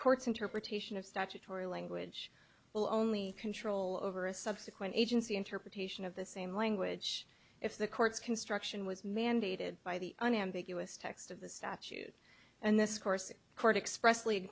court's interpretation of statutory language will only control over a subsequent agency interpretation of the same language if the court's construction was mandated by the unambiguous text of the statute and this course court express